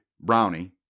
Brownie